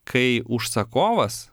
kai užsakovas